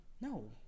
No